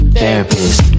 therapist